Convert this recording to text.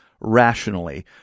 rationally